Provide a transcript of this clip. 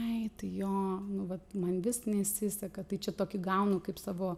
ai tai jo nu vat man vis nesiseka tai čia tokį gaunu kaip savo